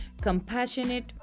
compassionate